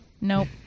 Nope